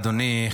אדוני.